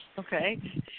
Okay